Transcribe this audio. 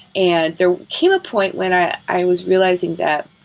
and there came a point when i i was realizing that.